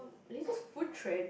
latest food trend